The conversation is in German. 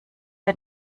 der